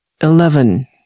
Eleven